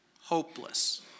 hopeless